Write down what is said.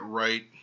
right